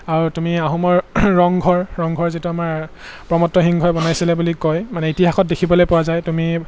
আৰু তুমি আহোমৰ ৰংঘৰ ৰংঘৰ যিটো আমাৰ প্ৰমত্ব সিংহই বনাইছিলে বুলি কয় মানে ইতিহাসত দেখিবলৈ পোৱা যায় তুমি